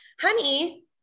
honey